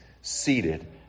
seated